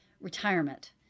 retirement